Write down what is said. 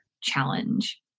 Challenge